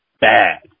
bad